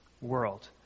world